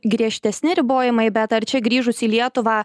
griežtesni ribojimai bet ar čia grįžus į lietuvą